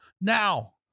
now